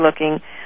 looking